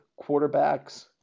quarterbacks